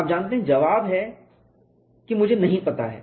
आप जानते हैं जवाब है कि मुझे नहीं पता है